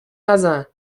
نزن